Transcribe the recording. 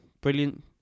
brilliant